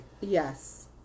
Yes